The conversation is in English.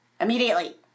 Immediately